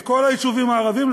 את כל היישובים הערביים,